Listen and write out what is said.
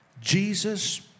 Jesus